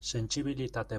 sentsibilitate